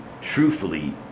truthfully